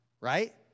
right